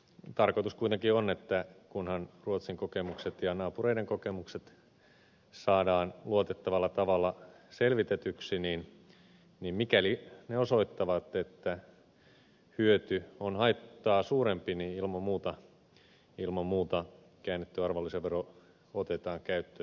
tarkoitus kuitenkin on että kunhan ruotsin kokemukset ja naapureiden kokemukset saadaan luotettavalla tavalla selvitetyksi niin mikäli ne osoittavat että hyöty on haittaa suurempi niin ilman muuta käännetty arvonlisävero otetaan käyttöön